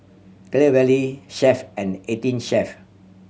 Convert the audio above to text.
Clear Valley Chef and Eighteen Chef